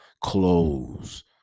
clothes